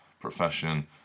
profession